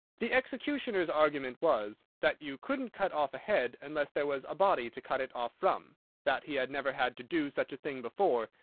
the executioner's argument was, that you couldn't cut off a head unless there was a body to cut it off from that he had never had to do such a thing before,